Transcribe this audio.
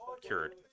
cured